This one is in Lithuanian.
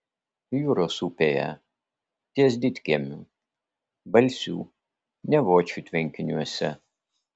jūros upėje ties didkiemiu balsių nevočių tvenkiniuose